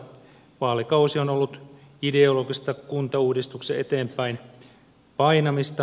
vaalikausi on ollut ideologista kuntauudistuksen eteenpäin painamista